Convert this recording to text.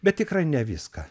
bet tikrai ne viską